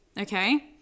okay